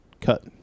cut